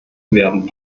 werden